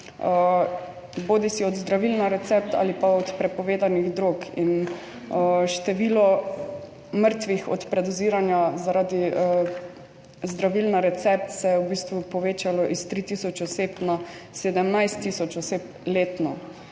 bodisi od zdravil na recept ali pa od prepovedanih drog. In število mrtvih od predoziranja zaradi zdravil na recept se je v bistvu povečalo iz 3 tisoč oseb na 17 tisoč oseb letno.